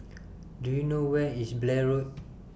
Do YOU know Where IS Blair Road